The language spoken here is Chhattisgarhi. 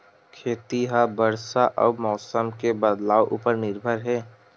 खेती हा बरसा अउ मौसम के बदलाव उपर निर्भर हे